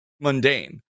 mundane